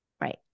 Right